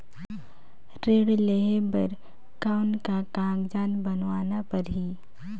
ऋण लेहे बर कौन का कागज बनवाना परही?